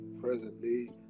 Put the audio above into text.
presently